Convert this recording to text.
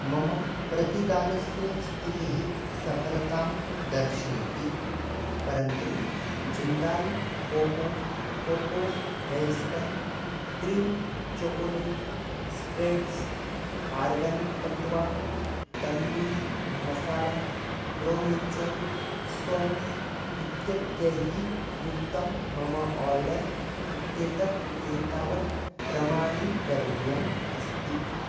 मम प्रतिदानस्य स्थितिः सफलतां दर्शयति परन्तु Jindal cocoa cocoa Helston cream chocolate spreads organic Tattva tandoori masala pro nature saunf इत्यत्यैः युक्तं मम आर्डर् इत्येतत् एतावत् प्रमाणीकरणीयम् अस्ति